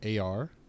AR